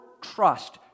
trust